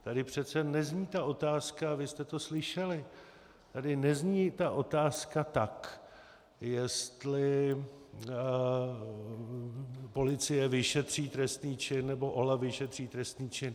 Tady přece nezní ta otázka, a vy jste to slyšeli, tady nezní ta otázka tak, jestli policie vyšetří trestný čin, nebo OLAF vyšetří trestný čin.